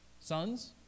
sons